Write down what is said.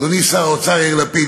אדוני שר האוצר יאיר לפיד,